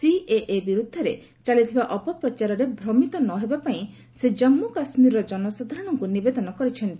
CAA ବିରୁଦ୍ଧରେ ଚାଲିଥିବା ଅପପ୍ରଚାରରେ ଭ୍ରମିତ ନ ହେବା ପାଇଁ ସେ ଜାମ୍ମୁ କାଶ୍କୀରର ଜନସାଧାରଣଙ୍କୁ ନିବେଦନ କରିଛନ୍ତି